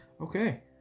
Okay